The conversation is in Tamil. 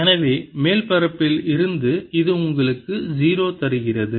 எனவே மேல் மேற்பரப்பில் இருந்து இது உங்களுக்கு 0 தருகிறது